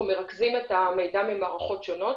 מרכזים את המידע ממערכות שונות,